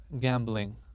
gambling